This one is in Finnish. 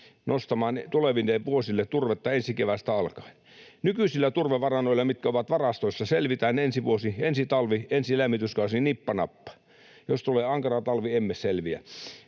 nostamaan tuleville vuosille turvetta ensi keväästä alkaen. Nykyisillä turvevarannoilla, mitkä ovat varastoissa, selvitään ensi vuosi, ensi talvi, ensi lämmityskausi nippa nappa — jos tulee ankara talvi, emme selviä